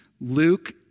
Luke